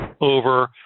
over